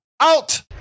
Out